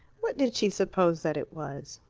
what did she suppose that it was?